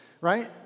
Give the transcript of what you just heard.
right